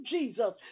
Jesus